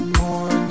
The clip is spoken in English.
more